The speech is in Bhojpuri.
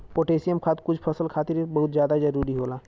पोटेशियम खाद कुछ फसल खातिर बहुत जादा जरूरी होला